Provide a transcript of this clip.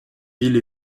villes